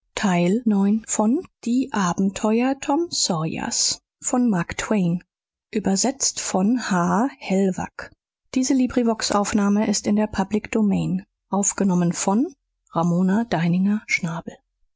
die abenteuer tom sawyers